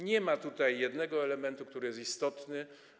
Nie ma tutaj jednego elementu, który jest istotny.